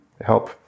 help